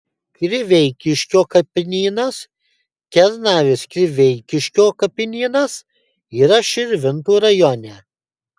kriveikiškio kapinynas kernavės kriveikiškio kapinynas yra širvintų rajone